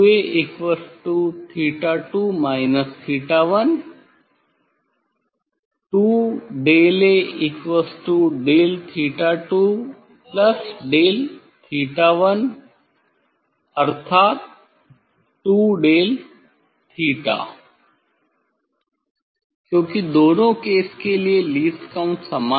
2A theta 2 theta 1 2डेलA del theta 2 plus del theta 1 अर्थात 2डेल𝛉 क्योंकि दोनों केस के लिए लीस्ट काउंट समान थी